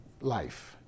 life